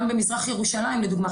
גם במזרח ירושלים לדוגמא,